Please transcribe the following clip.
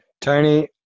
tony